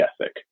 ethic